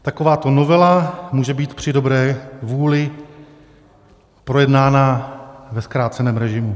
Takováto novela může být při dobré vůli projednána ve zkráceném režimu.